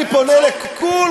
אני פונה לכולכם,